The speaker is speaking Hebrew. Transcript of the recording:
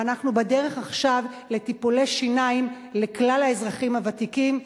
ואנחנו בדרך עכשיו לטיפולי שיניים לכלל האזרחים הוותיקים.